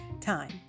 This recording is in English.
time